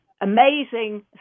amazing